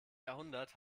jahrhundert